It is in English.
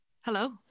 hello